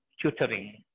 tutoring